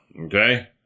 Okay